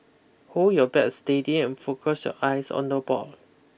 hold your bat steady and focus your eyes on the ball